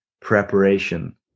preparation